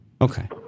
Okay